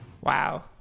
Wow